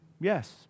Yes